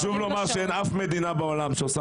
חשוב לומר שאין אף מדינה בעולם שעושה